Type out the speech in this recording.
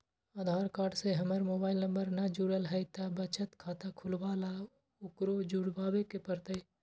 आधार card से हमर mobile number न जुरल है त बचत खाता खुलवा ला उकरो जुड़बे के पड़तई?